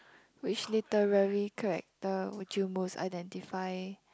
which literary character would you most identify